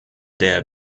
der